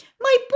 My